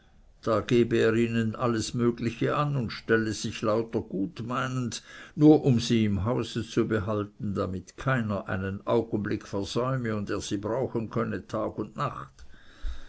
da gebe er ihnen alles mögliche an und stelle sich lauter gutmeinend nur um sie zu hause zu behalten damit keiner einen augenblick versäume und er sie brauchen könne tag und nacht